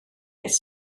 beth